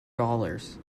dollars